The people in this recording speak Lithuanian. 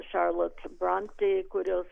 šarlot bante kurios